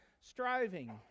striving